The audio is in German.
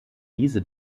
diese